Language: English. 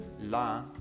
la